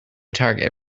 target